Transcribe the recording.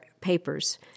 papers